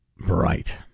Right